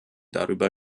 darüber